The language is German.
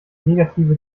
negative